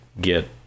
get